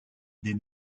des